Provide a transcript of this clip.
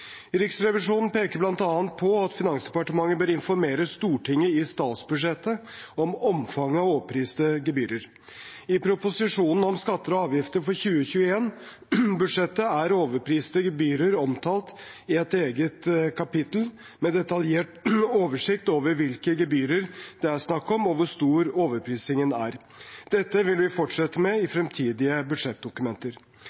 Riksrevisjonen peker bl.a. på at Finansdepartementet bør informere Stortinget i statsbudsjettet om omfanget av overpriste gebyrer. I proposisjonen om skatter og avgifter for 2021-budsjettet er overpriste gebyrer omtalt i et eget kapittel, med detaljert oversikt over hvilke gebyrer det er snakk om, og hvor stor overprisingen er. Dette vil vi fortsette med i